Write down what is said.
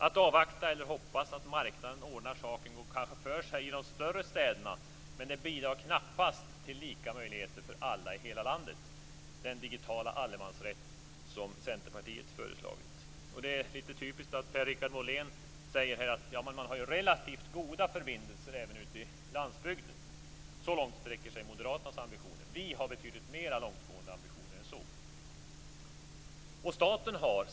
Att avvakta eller hoppas på att marknaden ordnar saken går kanske för sig i de större städerna, men det bidrar knappast till lika möjligheter för alla i hela landet - den digitala allemansrätt som Centerpartiet föreslagit. Det är lite typiskt att Per-Richard Molén här säger att man ju har relativt goda förbindelser även ute på landsbygden. Så långt sträcker sig moderaternas ambitioner. Vi har betydligt mera långtgående ambitioner än så.